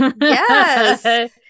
Yes